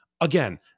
again